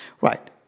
right